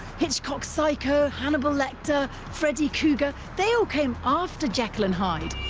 hitchcock's psycho, hannibal lecter, freddie kruger, they all came after jekyll and hyde.